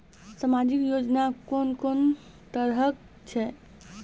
समाजिक योजना कून कून तरहक छै?